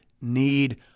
need